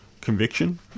conviction